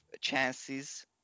chances